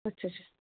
अच्छा अच्छा